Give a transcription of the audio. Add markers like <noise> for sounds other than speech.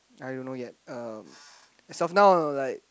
I don't know yet uh <noise> now like